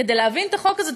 כדי להבין את החוק הזה,